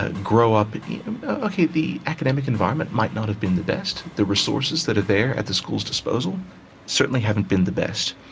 ah grow up okay, the academic environment might not have been the best, the resources that are there at the school's disposal certainly haven't been the best,